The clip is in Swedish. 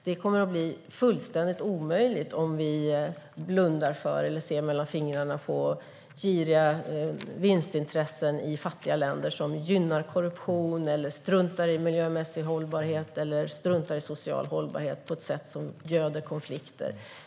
Detta kommer att bli fullständigt omöjligt om vi blundar för eller ser mellan fingrarna med giriga vinstintressen i fattiga länder som gynnar korruption eller struntar i miljömässig eller social hållbarhet på ett sätt som göder konflikter.